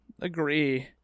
agree